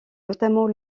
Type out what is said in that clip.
notamment